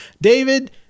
David